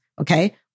Okay